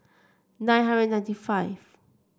nine hundred ninety five